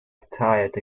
tried